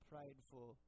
prideful